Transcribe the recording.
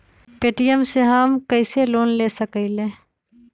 Paytm से हम कईसे लोन ले सकीले?